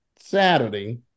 Saturday